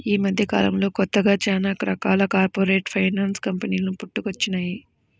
యీ మద్దెకాలంలో కొత్తగా చానా రకాల కార్పొరేట్ ఫైనాన్స్ కంపెనీలు పుట్టుకొచ్చినియ్యి